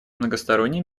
многосторонний